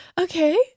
okay